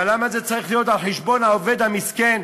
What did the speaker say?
אבל למה זה צריך להיות על חשבון העובד המסכן?